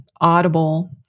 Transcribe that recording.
Audible